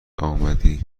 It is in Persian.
آمدی